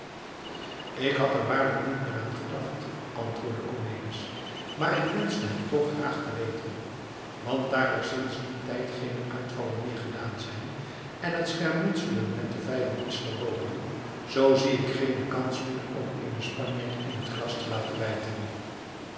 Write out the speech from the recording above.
ik had er waarlijk niet meer aan gedacht antwoordde cornelis maar ik wenschte het toch graag te weten want daar er sinds dien tijd geene uitvallen meer gedaan zijn en het schermutselen met den vijand is verboden zoo zie ik geene kans meer om eenen spanjaard in het gras te laten bijten